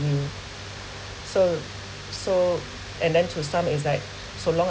mm so so and then to some is like so long